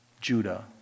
Judah